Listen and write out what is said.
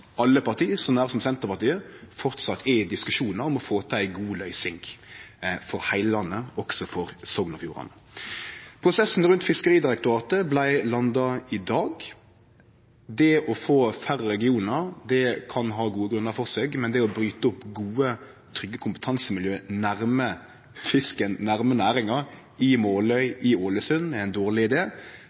parti, så nær som Senterpartiet, framleis er i diskusjonar om å få til ei god løysing for heile landet, også for Sogn og Fjordane. Prosessen rundt Fiskeridirektoratet vart landa i dag. Det å få færre regionar kan det vere gode grunnar til, men det å bryte opp gode, trygge kompetansemiljø nær fisken, nær næringa i Måløy, i Ålesund er ein dårleg